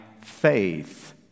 faith